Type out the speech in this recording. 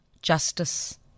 justice